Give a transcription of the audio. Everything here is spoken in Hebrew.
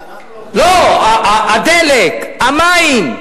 הדלק, המים,